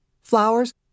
Flowers